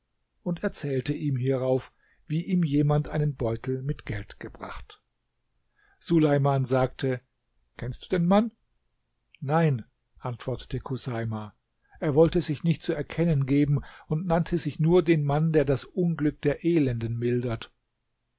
und erzählte ihm hierauf wie ihm jemand einen beutel mit geld gebracht suleiman sagte kennst du den mann nein antwortete chuseima er wollte sich nicht zu erkennen geben und nannte sich nur den mann der das unglück der elenden mildert